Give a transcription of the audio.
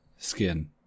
skin